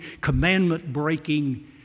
commandment-breaking